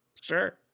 Sure